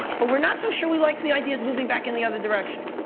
but we're not so sure we like the ideas moving back in the other direction.